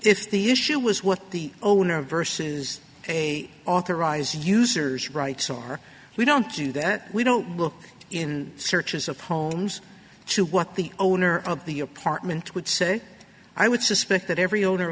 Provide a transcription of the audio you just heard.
if the issue was what the owner of verses a authorized users rights are we don't do that we don't look in searches of homes to what the owner of the apartment would say i would suspect that every o